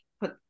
put